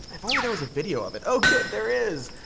if only there was video of it oh good there is.